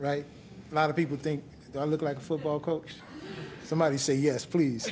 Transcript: right a lot of people think i look like a football coach somebody say yes please